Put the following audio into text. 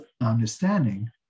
understanding